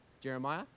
Jeremiah